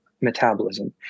metabolism